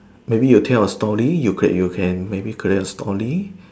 maybe you tell a story you can you can maybe create a story